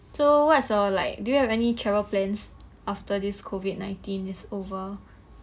so what's your like do you have any travel plans after this COVID nineteen is over